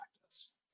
practice